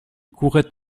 couraient